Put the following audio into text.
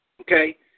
okay